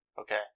Okay